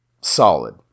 solid